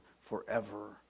forever